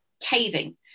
caving